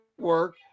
work